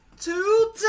two